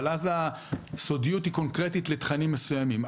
אבל אז הסודיות היא קונקרטית לתכנים מסוימים.